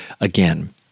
Again